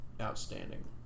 outstanding